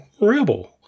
rebel